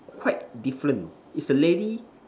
quite different is a lady